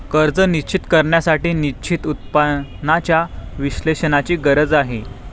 कर्ज निश्चित करण्यासाठी निश्चित उत्पन्नाच्या विश्लेषणाची गरज आहे